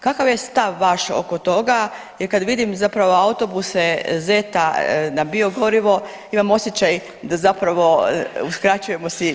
Kakav je stav vaš oko toga jer kad vidim zapravo autobuse ZET-a na biogorivo, imam osjećaj da zapravo uskraćujemo si hranu.